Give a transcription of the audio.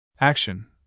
Action